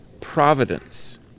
Providence